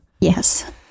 Yes